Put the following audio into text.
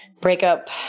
Breakup